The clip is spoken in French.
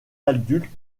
adultes